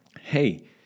hey